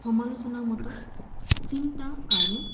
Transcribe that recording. সমালোচনা মতক চিন্তা আৰু